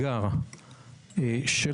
ניסינו לפנות לשרי